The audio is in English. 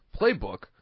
playbook